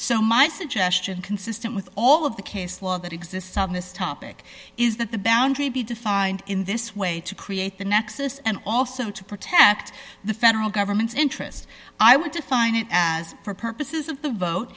so my suggestion consistent with all of the case law that exists on this topic is that the boundary be defined in this way to create the nexus and also to protect the federal government's interest i would define it as for purposes of the